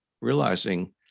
realizing